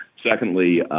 secondly,